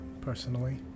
personally